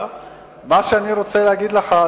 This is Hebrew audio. מה שאני רוצה להגיד לך,